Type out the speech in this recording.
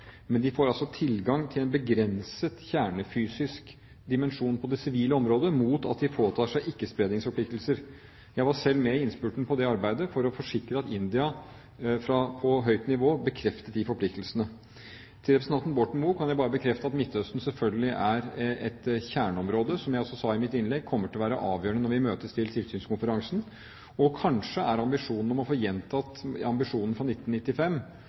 men de får tilgang til en begrenset kjernefysisk dimensjon på det sivile området mot at de påtar seg ikkespredningsforpliktelser. Jeg var selv med i innspurten på det arbeidet for å forsikre at India på høyt nivå bekreftet de forpliktelsene. Overfor representanten Borten Moe kan jeg bare bekrefte at Midtøsten selvfølgelig er et kjerneområde, som jeg også sa i mitt innlegg, og kommer til å være avgjørende når vi møtes til tilsynskonferansen. Kanskje er visjonen om å få gjentatt ambisjonen fra 1995